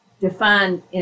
defined